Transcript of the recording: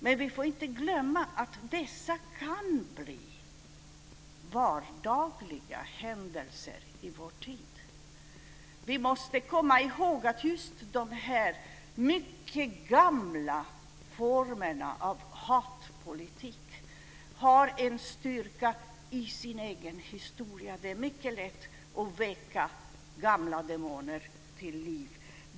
Men vi får inte glömma att detta kan bli vardagliga händelser i vår tid. Vi måste komma ihåg att just dessa mycket gamla former av hatpolitik har en styrka i sin egen historia. Det är mycket lätt att väcka gamla demoner till liv.